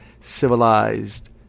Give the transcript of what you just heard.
civilized